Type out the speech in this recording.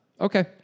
Okay